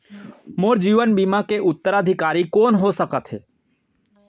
मोर जीवन बीमा के उत्तराधिकारी कोन सकत हे?